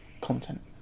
content